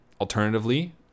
alternatively